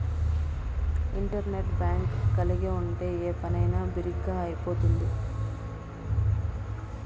internet bank కలిగి ఉంటే ఏ పనైనా బిరిగ్గా అయిపోతుంది